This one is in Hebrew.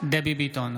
דבי ביטון,